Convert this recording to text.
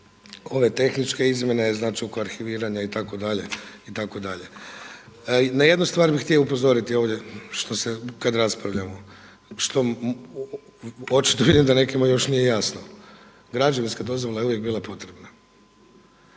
ove tehničke izmjene znači oko arhiviranja itd. Na jednu stvar bih htio upozoriti ovdje kada raspravljamo što očito vidim da nekima još nije jasno. Građevinska dozvola je uvijek bila potrebna